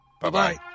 Bye-bye